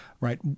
right